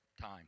time